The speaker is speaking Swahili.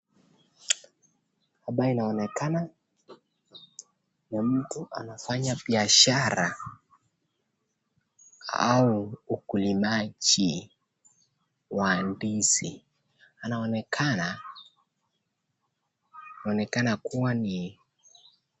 Ambayo inaonekana ni mtu anafanya biashara au ukulimaji wa ndizi. Anaonekana anaonekena kuwa ni.